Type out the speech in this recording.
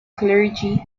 clergy